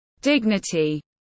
Dignity